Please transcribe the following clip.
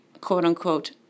quote-unquote